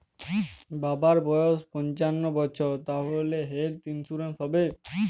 বাবার বয়স পঞ্চান্ন বছর তাহলে হেল্থ ইন্সুরেন্স হবে?